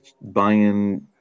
buying